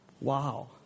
Wow